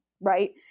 right